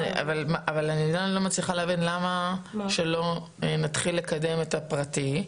אני עדיין לא מצליחה להבין למה שלא נתחיל לקדם את הפרטי?